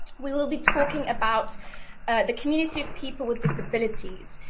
we will be talking about the community of people with disabilities,